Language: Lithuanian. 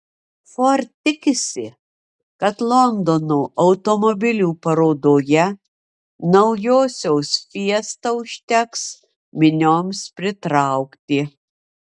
ford tikisi kad londono automobilių parodoje naujosios fiesta užteks minioms pritraukti